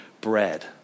bread